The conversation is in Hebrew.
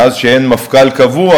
מאז שאין מפכ"ל קבוע.